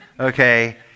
Okay